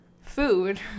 food